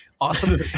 Awesome